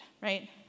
right